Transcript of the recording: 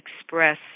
express